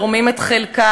תורמים את חלקם,